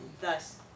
thus